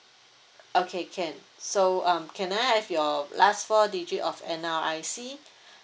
okay can so um can I have your last four digit of N_R_I_C